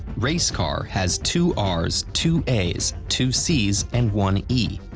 racecar has two r's, two a's, two c's, and one e.